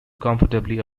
comfortably